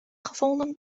gevonden